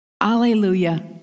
Alleluia